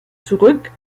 zurück